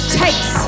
takes